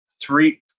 three